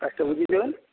কাজটা বুঝিয়ে দেবেন